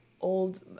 old